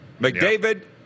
McDavid